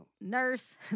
nurse